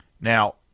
Now